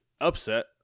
upset